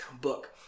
book